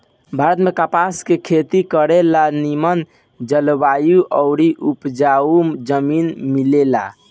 भारत में कपास के खेती करे ला निमन जलवायु आउर उपजाऊ जमीन मिलेला